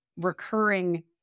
recurring